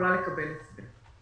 יכולה לקבל את זה.